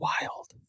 wild